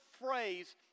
phrase